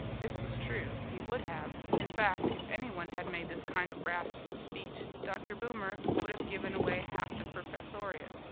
this was true. he would have. in fact, if anyone had made this kind of rash speech, dr. boomer would have given away half the professoriate.